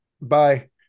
bye